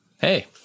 hey